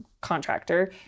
contractor